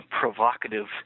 provocative